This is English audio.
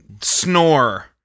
snore